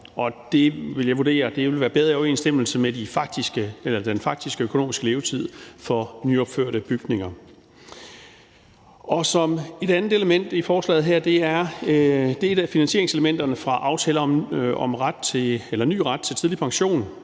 det vil jeg vurdere vil være bedre i overensstemmelse med den faktiske økonomiske levetid for nyopførte bygninger. Det andet element i forslaget her er et af finansieringselementerne fra aftalen »Ny ret til tidlig pension«,